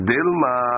Dilma